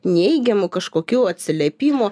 neigiamų kažkokių atsiliepimų